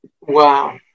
wow